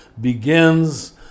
begins